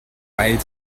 weil